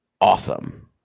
awesome